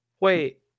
Wait